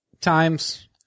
Times